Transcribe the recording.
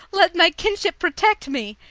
let my kinship protect me!